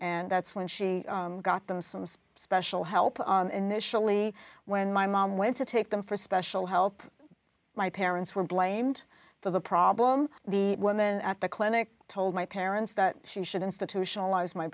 and that's when she got them some special help initially when my mom went to take them for special help my parents were blamed for the problem the woman at the clinic told my parents that she should institutionalize my